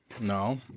No